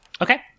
Okay